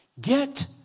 Get